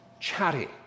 chatty